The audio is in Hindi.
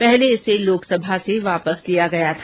पहले इसे लोकसभा से वापस लिया गया था